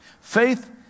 Faith